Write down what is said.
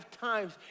times